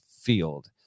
field